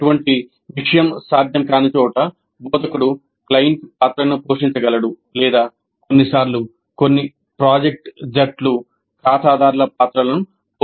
అటువంటి విషయం సాధ్యం కాని చోట బోధకుడు క్లయింట్ పాత్రను పోషించగలడు లేదా కొన్నిసార్లు కొన్ని ప్రాజెక్ట్ జట్లు ఖాతాదారుల పాత్రలను పోషిస్తాయి